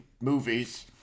movies